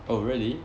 oh really